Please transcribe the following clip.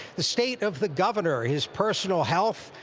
the state of the governor, his personal health,